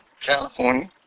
California